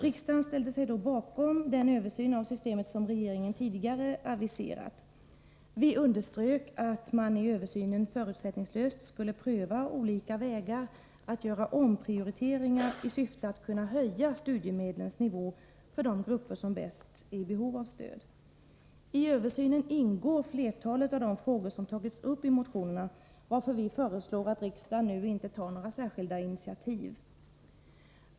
Riksdagen ställde sig då bakom den översyn av systemet som regeringen tidigare aviserat. Vi underströk att man i översynen förutsättningslöst skulle pröva olika vägar att göra omprioriteringar i syfte att kunna höja studiemedlens nivå för de grupper som bäst är i behov av stöd. I översynen ingår flertalet av de frågor som tagits upp i motionerna, varför vi föreslår att riksdagen nu inte tar några särskilda initiativ.